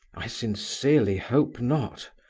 i sincerely hope not.